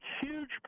huge